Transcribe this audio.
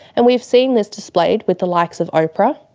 and we've seen this displayed with the likes of oprah,